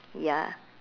ya